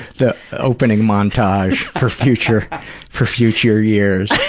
the opening montage for future for future years.